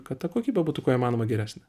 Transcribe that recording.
kad ta kokybė būtų kuo įmanoma geresnė